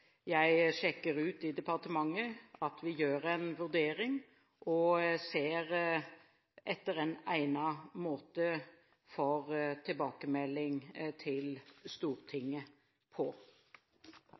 jeg sjekker ut i departementet, at vi gjør en vurdering, og at jeg ser etter en egnet måte for tilbakemelding til